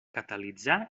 catalitzar